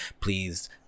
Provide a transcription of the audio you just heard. please